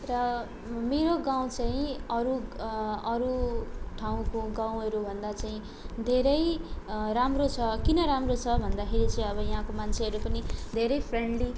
र मेरो गाउँ चाहिँ अरू अरू ठाउँको गाउँहरूभन्दा चाहिँ धेरै राम्रो छ किन राम्रो छ भन्दाखेरि चाहिँ अब यहाँको मान्छेहरू पनि धेरै फ्रेन्डली